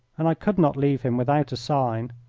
and i could not leave him without a sign.